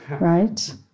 right